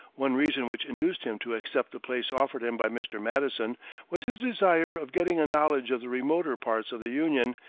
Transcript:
one reason which induced him to accept the place offered him by mr. madison was his desire of getting a knowledge of the remoter parts of the union,